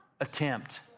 attempt